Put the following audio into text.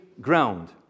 ground